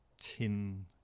tin